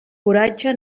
coratge